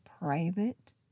private